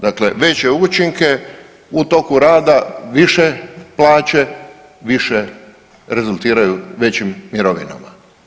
Dakle, veće učinke u toku, više plaće, više rezultiraju većim mirovinama.